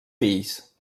fills